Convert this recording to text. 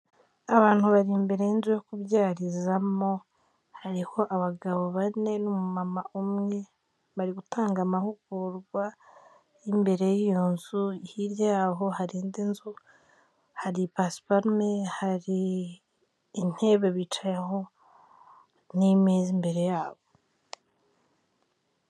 Abantu bari imbere y'inzu yo kubyarizamo, hariho abagabo bane n'umumama umwe, bari gutanga amahugurwa imbere y'iyo nzu hirya yaaho hari indi nzu, hari pasiparume, hari intebe bicaraho n'imeza imbere yabo.